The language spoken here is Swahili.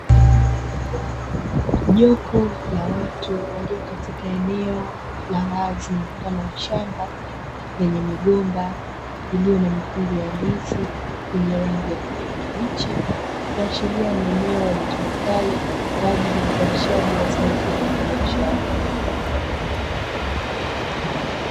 Jopo la watu walio katika eneo la wazi mfano wa shamba, lenye migomba iliyo na mikungu ya ndizi yenye rangi ya kijani kibichi, kuashiria ni eneo litumikalo kwa ajili ya uzalishaji wa zao hilo la biashara.